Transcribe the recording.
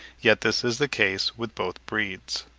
yet this is the case with both breeds.